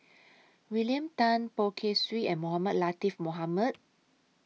William Tan Poh Kay Swee and Mohamed Latiff Mohamed